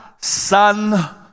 sun